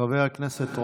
חבר הכנסת רוטמן,